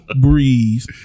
Breeze